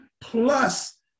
Plus